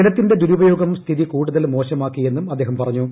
ജലത്തിന്റെ ദുരുപയോഗം സ്ഥിതി കൂടുതൽ മോശമാക്കിയെന്നും അദ്ദേഹം പറഞ്ഞു